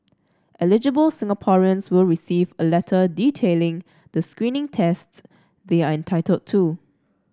eligible Singaporeans will receive a letter detailing the screening tests they are entitled to